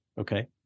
okay